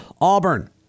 Auburn